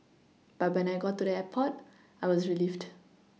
but when I got to the airport I was relieved